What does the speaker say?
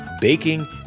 baking